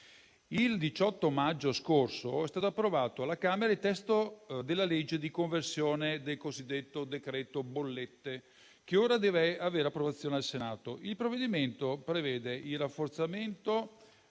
Il 18 maggio scorso è stato approvato alla Camera il disegno di legge di conversione del cosiddetto decreto-legge bollette, che ora deve essere approvato dal Senato. Il provvedimento prevede il rafforzamento